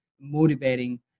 motivating